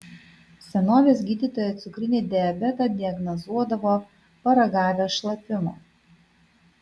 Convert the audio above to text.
senovės gydytojai cukrinį diabetą diagnozuodavo paragavę šlapimo